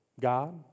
God